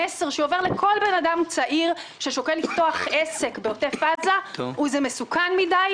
המסר שעובר לכל אדם צעיר ששוקל לפתוח עסק בעוטף עזה הוא שזה מסוכן מדי,